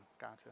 gotcha